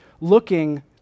Looking